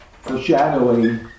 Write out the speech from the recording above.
foreshadowing